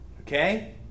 Okay